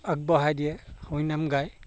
আগবঢ়াই দিয়ে হৰিনাম গায়